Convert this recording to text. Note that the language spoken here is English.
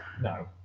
no